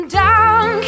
down